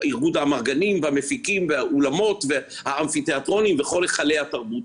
ארגון האמרגנים והמפיקים והאולמות והאמפי-תיאטרונים וכל היכלי התרבות,